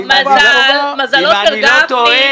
מזלו של גפני,